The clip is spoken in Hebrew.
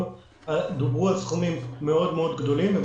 דוברו על סכומים גדולים מאוד,